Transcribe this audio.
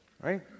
Right